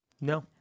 No